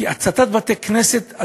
כי הצתת בתי-כנסת,